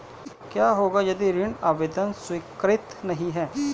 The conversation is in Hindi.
क्या होगा यदि ऋण आवेदन स्वीकृत नहीं है?